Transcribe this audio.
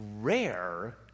rare